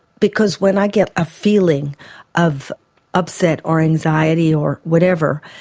because when i get a feeling of upset or anxiety or whatever,